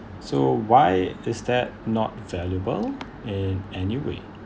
so why is that not valuable in anyway